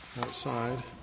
Outside